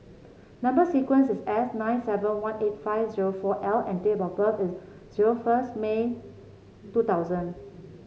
number sequence is S nine seven one eight five zero four L and date of birth is zero first May two thousand